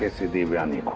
to divyani's